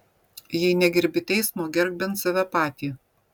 jei negerbi teismo gerbk bent save patį